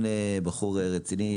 בחור רציני.